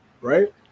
right